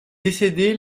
décédé